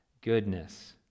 goodness